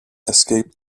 escaped